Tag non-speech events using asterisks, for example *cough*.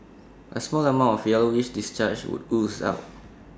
A small amount of yellowish discharge would ooze out *noise*